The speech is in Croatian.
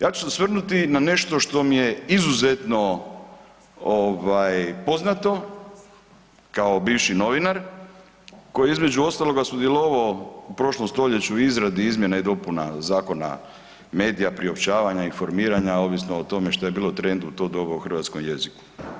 Ja ću se osvrnuti na nešto što mi je izuzetno poznato kao bivši novinar koji je između ostaloga sudjelovao u prošlom stoljeću u izradi izmjena i dopuna zakona, medija, priopćavanja, informiranja ovisno o tome što je bilo u trendu u to doba u hrvatskom jeziku.